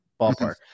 ballpark